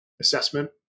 assessment